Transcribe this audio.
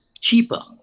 cheaper